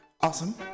Awesome